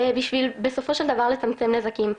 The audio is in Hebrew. בשביל בסופו של דבר לצמצם נזקים.